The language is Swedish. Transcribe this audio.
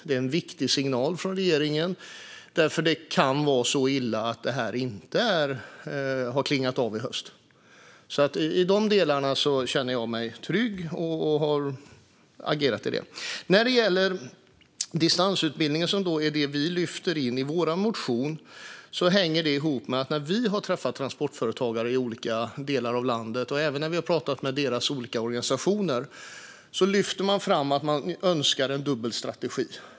Det är en viktig signal från regeringen, för det kan vara så illa att det inte har klingat av i höst. I de delarna känner jag mig trygg, och där har jag agerat. Vi har lyft in distansutbildning i vår motion, och detta hänger ihop med att när vi har träffat transportföretagare i olika delar av landet och även pratat med deras olika organisationer har de lyft fram att de önskar en dubbel strategi.